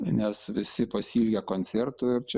nes visi pasiilgę koncertų ir čia